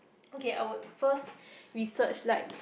okay I would first research like